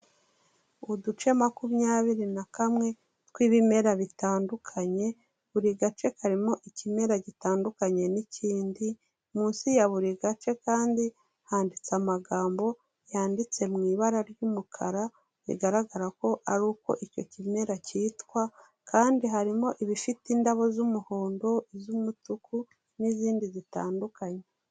Uduce makumyabiri na kamwe tw'ibimera bitandukanye, buri gace karimo ikimera gitandukanye n'ikindi, munsi ya buri gace kandi handitse amagambo yanditse mu ibara ry'umukara bigaragara ko ari uko icyo kimera kitwa kandi harimo ibifite indabo z'umuhondo, iz'umutuku n'izindi zitandukanye.